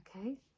okay